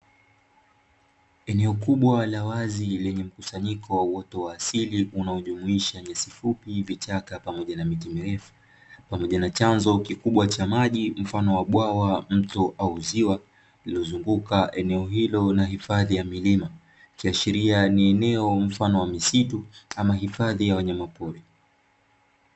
Eneo kubwa la wazi, lenye mkusanyiko wa uoto wa asili unaojumuisha misitu yenye vichaka pamoja na miti mirefu pamoja na chanzo kikubwa cha maji mfano wa bwawa, mto au ziwa lililozunguka eneo hilo la hifadhi ya milima, ikiashiria ni eneo la mfano wa misitu au hifadhi ya wanyamapori.